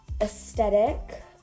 aesthetic